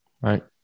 right